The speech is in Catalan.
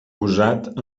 usat